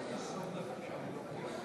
חבר הכנסת חסון, אם אתה